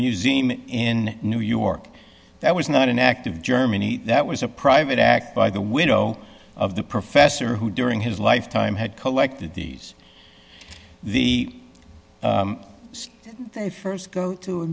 museum in new york that was not an act of germany that was a private act by the widow of the professor who during his lifetime had collected these the first go to